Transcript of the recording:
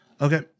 okay